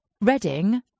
reading